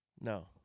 No